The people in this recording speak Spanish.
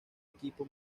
equipo